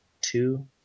two